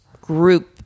group